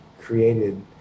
created